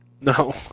no